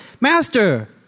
Master